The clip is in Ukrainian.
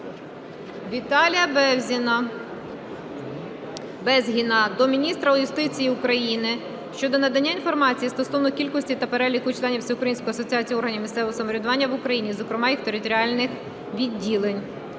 Віталія Безгіна до міністра юстиції України щодо надання інформації стосовно кількості та переліку членів Всеукраїнських асоціацій органів місцевого самоврядування в Україні (зокрема, їх територіальних відділень).